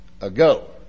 ago